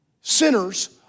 Sinners